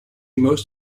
most